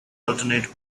alternate